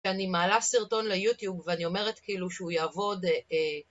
כשאני מעלה סרטון ליוטיוב ואני אומרת כאילו שהוא יעבוד